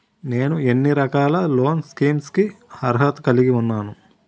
నేను ఎన్ని రకాల లోన్ స్కీమ్స్ కి అర్హత కలిగి ఉన్నాను?